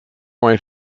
white